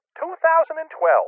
2012